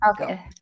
Okay